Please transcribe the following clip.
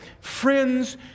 friends